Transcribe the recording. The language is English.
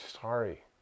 sorry